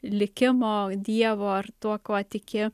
likimo dievo ar tuo kuo tiki